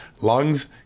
lungs